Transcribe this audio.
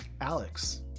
Alex